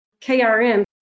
KRM